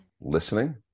listening